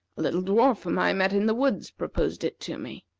a little dwarf whom i met in the woods proposed it to me.